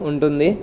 ఉంటుంది